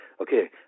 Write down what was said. okay